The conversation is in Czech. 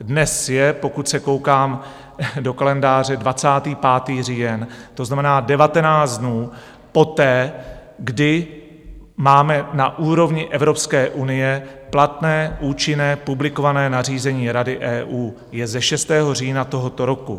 Dnes je, pokud se koukám do kalendáře, 25. října, to znamená 19 dnů poté, kdy máme na úrovni Evropské unie platné účinné publikované nařízení Rady EU, je ze 6. října tohoto roku.